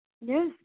Yes